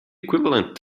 equivalent